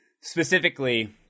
specifically